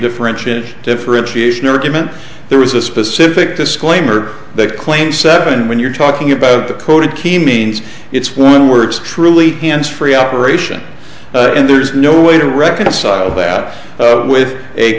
differentiated differentiation argument there was a specific disclaimer that claimed seven when you're talking about the code key means it's one where it's truly hands free operation and there's no way to reconcile that with a